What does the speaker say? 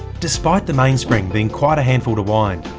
despite the mainspring being quite a handful to wind,